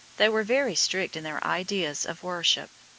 they were very strict in their ideas of worship.